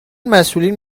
مسئولین